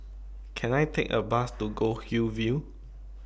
Can I Take A Bus to Goldhill View